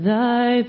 thy